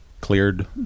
cleared